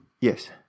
Yes